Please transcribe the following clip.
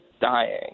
dying